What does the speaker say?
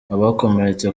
abakomeretse